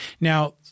Now